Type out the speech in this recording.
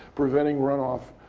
preventing runoff,